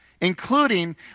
including